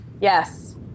Yes